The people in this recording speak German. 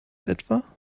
etwa